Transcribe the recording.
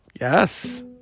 yes